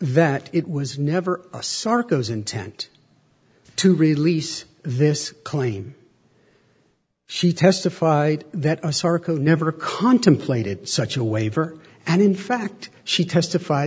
that it was never a sarcomas intent to release this claim she testified that serco never contemplated such a waiver and in fact she testif